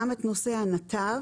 גם את נושא הנתב,